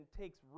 takes